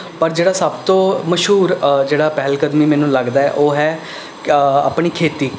ਪਰ ਜਿਹੜਾ ਸਭ ਤੋਂ ਮਸ਼ਹੂਰ ਜਿਹੜਾ ਪਹਿਲ ਕਦਮੀ ਮੈਨੂੰ ਲੱਗਦਾ ਹੈ ਉਹ ਹੈ ਆਪਣੀ ਖੇਤੀ